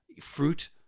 fruit